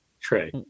trey